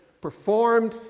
performed